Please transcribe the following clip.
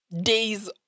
days